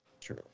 True